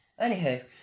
Anywho